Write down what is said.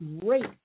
great